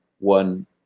One